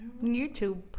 YouTube